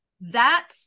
that-